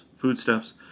foodstuffs